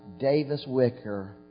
Davis-Wicker